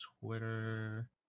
Twitter